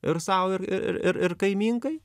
ir sau ir ir ir ir kaimynkai